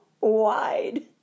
wide